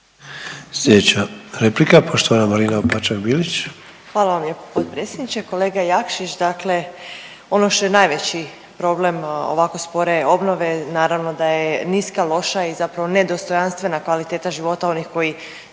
Bilić. **Opačak Bilić, Marina (Nezavisni)** Hvala vam lijepo potpredsjedniče. Kolega Jakšić, dakle ono što je najveći problem ovako spore obnove, naravno da je niska, loša i zapravo nedostojanstvena kvaliteta života onih koji